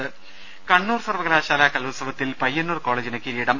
ദേദ കണ്ണൂർ സർവകലാശാല കലോത്സവത്തിൽ പയ്യന്നൂർ കോളേജിന് കിരീടം